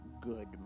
good